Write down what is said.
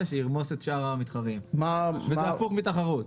שירמוס את שאר המתחרים וזה הפוך מתחרות.